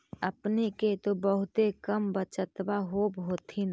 अपने के तो बहुते कम बचतबा होब होथिं?